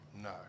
no